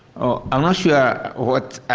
oh, i'm not sure what